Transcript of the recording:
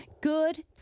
Good